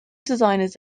designers